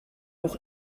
auch